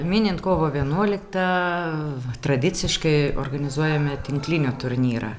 minint kovo vienuoliktą tradiciškai organizuojami tinklinio turnyrą